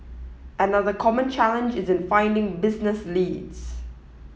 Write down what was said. another common challenge is in finding business leads